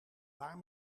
paar